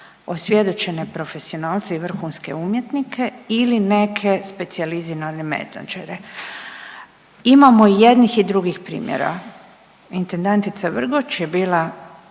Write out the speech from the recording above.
osvjedočene profesionalce i vrhunske umjetnike ili neke specijalizirane menadžere. Imamo jednih i drugih primjera, intendantica Vrgoč je bila